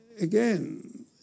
again